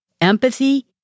empathy